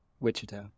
Wichita